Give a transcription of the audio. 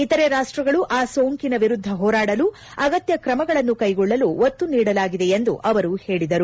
ಇತರೆ ರಾಷ್ಟಗಳು ಆ ಸೋಂಕಿನ ವಿರುದ್ದ ಹೋರಾಡಲು ಅಗತ್ಯ ಕ್ರಮಗಳನ್ನು ಕೈಗೊಳ್ಳಲು ಒತ್ತು ನೀಡಲಾಗಿದೆ ಎಂದು ಅವರು ಹೇಳಿದರು